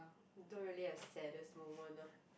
don't really has saddest moment ah